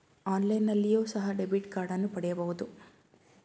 ಆನ್ಲೈನ್ನಲ್ಲಿಯೋ ಸಹ ಡೆಬಿಟ್ ಕಾರ್ಡನ್ನು ಪಡೆಯಬಹುದು